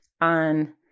on